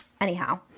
Anyhow